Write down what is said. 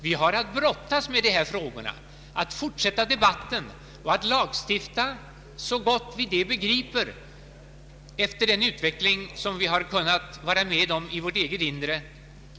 Vi har att brottas med dessa frågor, att fortsätta debatten och att lagstifta så gott vi det begriper, efter den utveckling vi kunnat ernå i vårt eget inre.